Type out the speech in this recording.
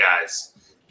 guys